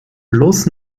bloß